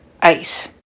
ice